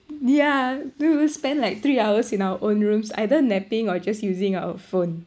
yeah we will spend like three hours in our own rooms either napping or just using our phone